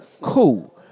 Cool